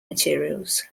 materials